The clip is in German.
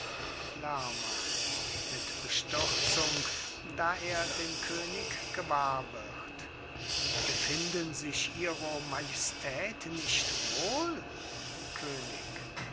lerma mit bestürzung da er den könig gewahr wird befinden sich ihre majestät nicht wohl könig